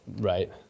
right